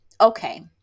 Okay